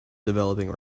developing